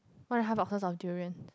want to have a hurst of durian